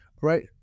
right